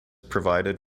provided